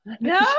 No